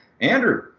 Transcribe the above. Andrew